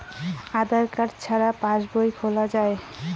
আধার card ছাড়া কি passbook খোলা যায়?